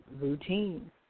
routine